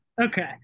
Okay